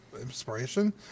inspiration